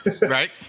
Right